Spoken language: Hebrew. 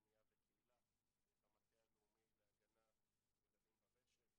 מניעה וקהילה במטה הלאומי להגנה על ילדים ברשת,